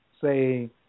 say